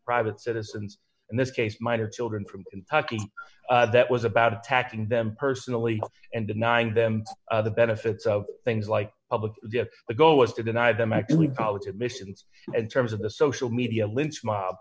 private citizens and this case might have children from kentucky that was about attacking them personally and denying them the benefits of things like public the ago is to deny them actively college admissions and terms of the social media lynch mob